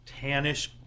tannish